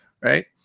right